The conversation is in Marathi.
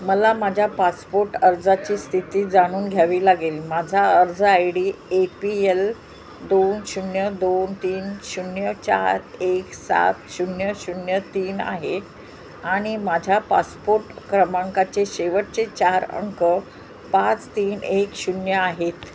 मला माझ्या पासपोट अर्जाची स्थिती जाणून घ्यावी लागेल माझा अर्ज I D A P L दोन शून्य दोन तीन शून्य चार एक सात शून्य शून्य तीन आहे आणि माझ्या पासपोट क्रमांकाचे शेवटचे चार अंक पाच तीन एक शून्य आहेत